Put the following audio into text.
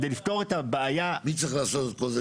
כדי לפתור את הבעיה --- מי צריך לעשות את כל זה?